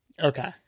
Okay